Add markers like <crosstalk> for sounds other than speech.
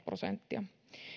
<unintelligible> prosenttia